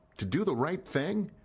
to do the right thing?